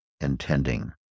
intending